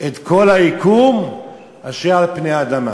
את כל היקום אשר על פני האדמה",